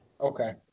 Okay